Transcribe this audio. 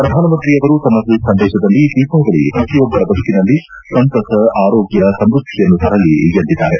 ಪ್ರಧಾನಮಂತ್ರಿಯವರು ತಮ್ಮ ಟ್ವೀಟ್ ಸಂದೇಶದಲ್ಲಿ ದೀಪಾವಳಿ ಪ್ರತಿಯೊಬ್ಬರ ಬದುಕಿನಲ್ಲಿ ಸಂತಸ ಆರೋಗ್ಯ ಸಮೃದ್ಧಿಯನ್ನು ತರಲಿ ಎಂದಿದ್ದಾರೆ